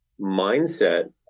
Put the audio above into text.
mindset